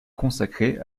consacré